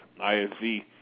ISV